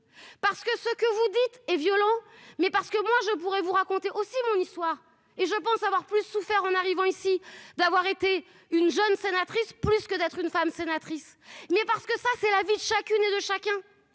Parce que ce que vous dites et violent, mais parce que moi je pourrais vous raconter aussi mon histoire et je pense avoir plus souffert en arrivant ici, d'avoir été une jeune sénatrice plus que d'être une femme, sénatrice, mais parce que ça, c'est la ville chacune et de chacun